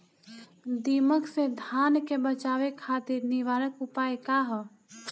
दिमक से धान के बचावे खातिर निवारक उपाय का ह?